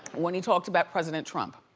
when he talked about president trump.